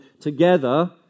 together